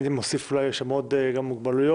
הייתי מוסיף שם גם מוגבלויות,